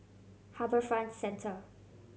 HarbourFront Centre